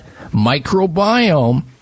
microbiome